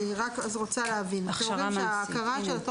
אז אני רוצה להבין: אתם אומרים שההכרה של התואר